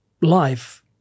life